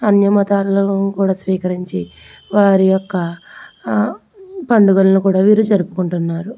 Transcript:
అన్నీ మతాలలో కూడా స్వీకరించి వారి యొక్క పండుగలను కూడా వీరు జరుపుకుంటున్నారు